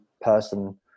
person